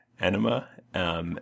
Enema